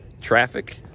traffic